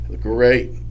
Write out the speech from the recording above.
great